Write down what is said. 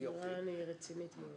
שירן היא רצינית מאוד.